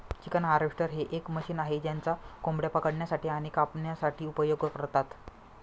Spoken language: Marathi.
चिकन हार्वेस्टर हे एक मशीन आहे ज्याचा कोंबड्या पकडण्यासाठी आणि कापण्यासाठी उपयोग करतात